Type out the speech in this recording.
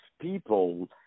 people